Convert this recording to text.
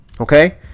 okay